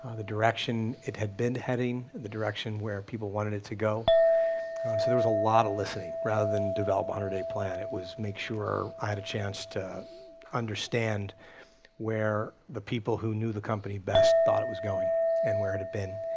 the direction it had been heading, the direction where people wanted it to go. so there was a lot of listening rather than develop hundred day plan. it was make sure i had a chance to understand where the people who knew the company best thought it was going and where it had been.